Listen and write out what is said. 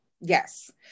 Yes